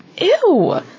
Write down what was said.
Ew